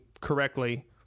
correctly